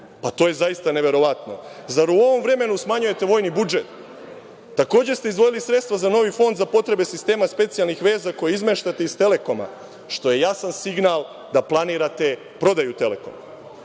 Pa, to je zaista neverovatno. Zar u ovom vremenu smanjujete vojni budžet? Takođe ste izdvojili sredstva za novi fond za potrebe sistema specijalnih veza koje izmeštate iz „Telekoma“, što je jasan signal da planirate prodaju „Telekoma“.Vi